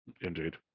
Indeed